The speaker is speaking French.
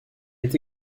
est